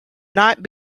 not